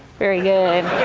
very good.